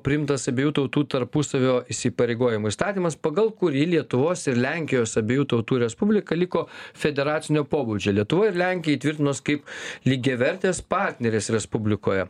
priimtas abiejų tautų tarpusavio įsipareigojimų įstatymas pagal kurį lietuvos ir lenkijos abiejų tautų respublika liko federacinio pobūdžio lietuvą ir lenkiją įtvirtinus kaip lygiavertes partneres respublikoje